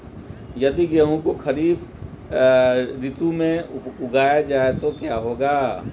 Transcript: यदि गेहूँ को खरीफ ऋतु में उगाया जाए तो क्या होगा?